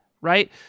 right